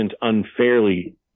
unfairly